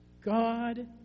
God